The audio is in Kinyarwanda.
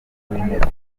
w’intebe